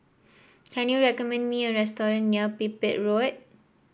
can you recommend me a restaurant near Pipit Road